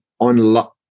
unlock